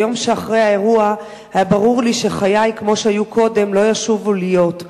ביום שאחרי האירוע היה לי ברור שחיי כמו שהיו קודם לא ישובו להיות.